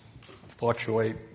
fluctuate